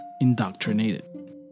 indoctrinated